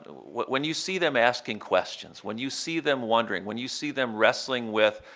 when you see them asking questions, when you see them wondering, when you see them wrestling with,